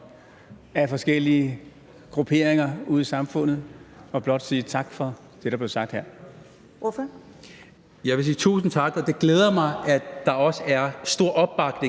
af forskellige grupperinger ude i samfundet og vil blot sige tak for det, der blev sagt her.